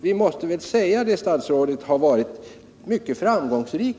Vi måste väl säga statsrådet, att den linjen hittills har varit mycket framgångsrik.